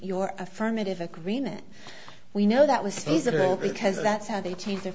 your affirmative agreement we know that was because that's how they change the